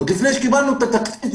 עוד לפני שקיבלנו את התקציב,